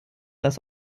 das